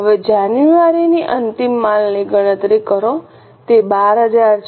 હવે જાન્યુઆરીની અંતિમ માલની ગણતરી કરો તે 12000 છે